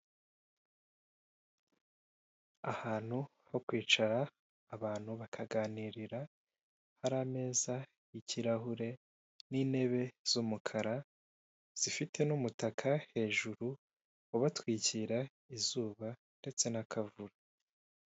Ahantu ho kwicara abantu bakaganirira, hari ameza y'ikirahure, n'intebe z'umukara, zifite n'umutaka hejuru, ubatwikira izuba ndetse n'akavura.